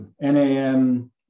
NAM